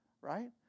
right